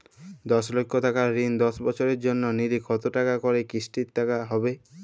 দশ লক্ষ টাকার ঋণ দশ বছরের জন্য নিলে কতো টাকা করে কিস্তির টাকা হবে?